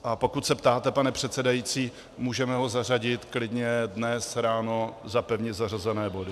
A pokud se ptáte, pane předsedající, můžeme ho zařadit klidně dnes ráno za pevně zařazené body.